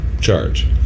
charge